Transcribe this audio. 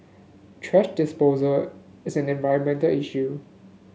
thrash disposal is an environmental issue